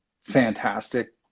fantastic